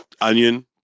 onion